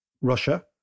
Russia